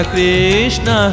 Krishna